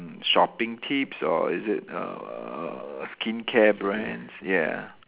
mm shopping tips or is it err skincare brands ya